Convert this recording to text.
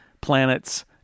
planets